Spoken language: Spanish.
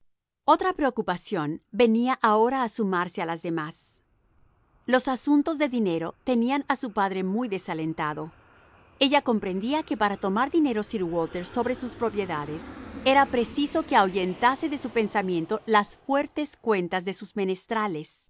otra preocupación venía ahora a sumarse a las demás los asuntos de dinero tenían a su padre muy desalentado ella comprendía que para tomar dinero sir walter sobre sus propiedades era preciso que ahuyentase de su pensamiento las fuertes cuentas de sus menestrales